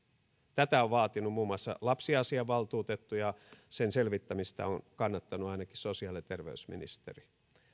tätä on vaatinut muun muassa lapsiasiavaltuutettu ja sen selvittämistä on on kannattanut ainakin sosiaali ja terveysministeri